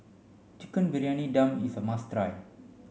Chicken Briyani Dum is a must try